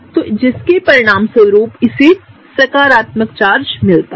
तो जिसके परिणामस्वरूप इसे सकारात्मक चार्ज मिलता है